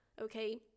okay